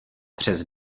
přes